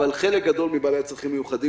אבל חלק גדול מבעלי הצרכים המיוחדים